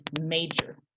major